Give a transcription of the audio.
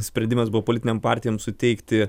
sprendimas buvo politinėm partijom suteikti